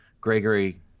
Gregory